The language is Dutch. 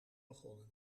begonnen